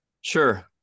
Sure